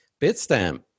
Bitstamp